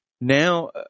now